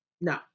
no